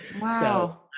Wow